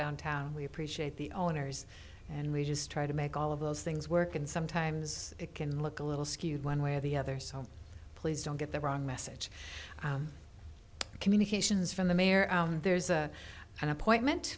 downtown and we appreciate the owners and we just try to make all of those things work and sometimes it can look a little skewed one way or the other so please don't get the wrong message communications from the mayor there's a an appointment